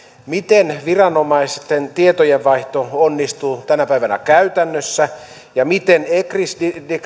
miten viranomaisten tietojenvaihto onnistuu tänä päivänä käytännössä miten ecris